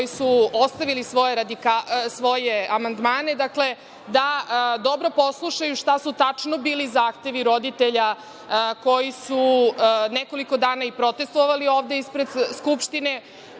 koji su ostavili svoje amandmane, da dobro poslušaju šta su tačno bili zahtevi roditelja koji su nekoliko dana protestvovali ovde ispred Skupštine,